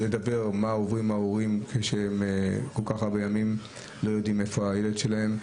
לדבר מה אומרים הורים כשהם כל כך הרבה ימים לא יודעים איפה הילד שלהם.